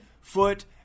foot